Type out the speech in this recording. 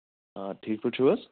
آ ٹھیٖک پٲٹھۍ چھِو حظ